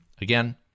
Again